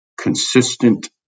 consistent